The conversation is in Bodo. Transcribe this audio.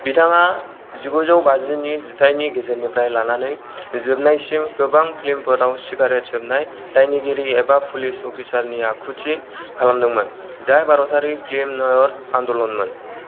बिथाङा जिगुजौ बाजिनि जिथायनि गेजेरनिफ्राय लानानै जोबनायसिम गोबां फिल्मफोराव सिगारेट सोबनाय दायनिगिरि एबा पुलिस अफिसारनि आखुथि खालामदोंमोन जाय भारतारि फिल्म नयर आन्दलनमोन